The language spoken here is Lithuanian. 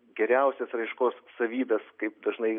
geriausias raiškos savybes kaip dažnai